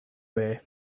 way